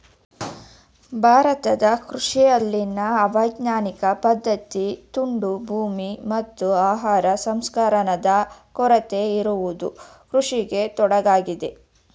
ಭಾರತ ಕೃಷಿಯಲ್ಲಿನ ಅವೈಜ್ಞಾನಿಕ ಪದ್ಧತಿ, ತುಂಡು ಭೂಮಿ, ಮತ್ತು ಆಹಾರ ಸಂಸ್ಕರಣಾದ ಕೊರತೆ ಇರುವುದು ಕೃಷಿಗೆ ತೊಡಕಾಗಿದೆ